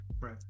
Right